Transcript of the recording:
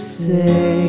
say